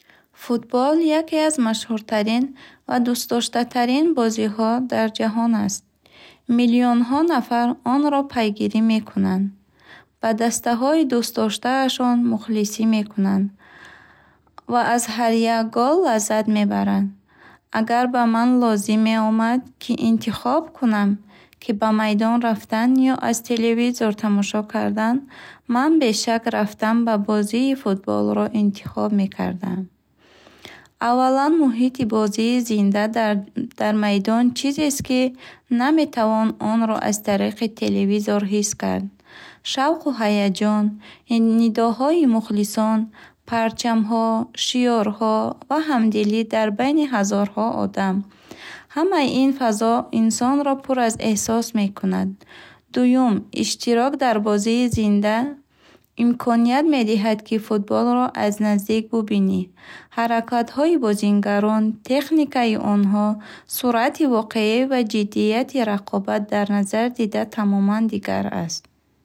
Футбол яке аз машҳуртарин ва дӯстдошатарин бозиҳо дар ҷаҳон аст. Миллионҳо нафар онро пайгирӣ мекунанд, ба дастаҳои дӯстдоштаашон мухлисӣ мекунанд ва аз ҳар як гол лаззат мебаранд. Агар ба ман лозим меомад, ки интихоб кунам, ки ба майдон рафтан ё аз телевизор тамошо кардан, ман бешак рафтан ба бозии футболро интихоб мекардам. Аввалан, муҳити бозии зинда дар дар майдон чизест, ки наметавон онро аз тариқи телевизор ҳис кард. Шавқу ҳаяҷон, нидоҳои мухлисон, парчамҳо, шиорҳо ва ҳамдилӣ дар байни ҳазорҳо одам. Ҳамаи ин фазо инсонро пур аз эҳсос мекунад. Дуюм, иштирок дар бозии зинда имконият медиҳад, ки футболро аз наздик бубинӣ. Ҳаракатҳои бозингарон, техникаи онҳо, суръати воқеӣ ва ҷиддияти рақобат дар назар дида тамоман дигар аст.